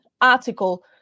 article